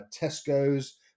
Tesco's